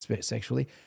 sexually